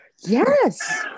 Yes